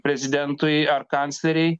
prezidentui ar kanclerei